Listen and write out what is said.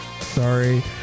Sorry